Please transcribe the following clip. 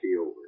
over